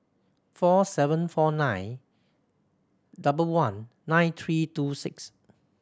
four seven four nine double one nine three two six